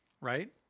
right